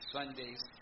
Sundays